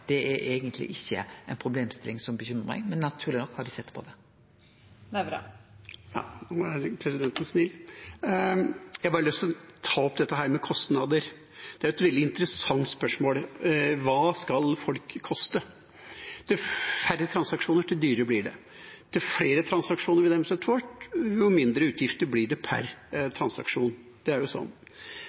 problemstilling som bekymrar meg, men naturleg nok har me sett på det. Jeg har bare lyst til å ta opp dette med kostnader. Det er et veldig interessant spørsmål: Hva skal folk koste? Dess færre transaksjoner, dess dyrere blir det, dess flere transaksjoner med den slags kort, jo mindre utgifter blir det per transaksjon – det er jo sånn.